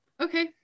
okay